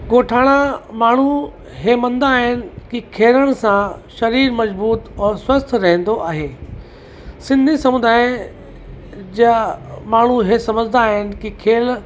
ॻोठाणा माण्हू इहे मञंदा आहिनि कि खेलण सां सरीरु मज़बूत और स्वस्थ्य रहंदो आहे सिंधी समुदाय जा माण्हू इहे समुझंदा आहिनि कि खेलु